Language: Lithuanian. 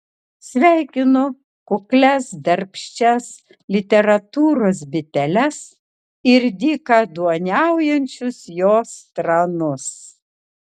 sveikinu kuklias darbščias literatūros biteles ir dykaduoniaujančius jos tranus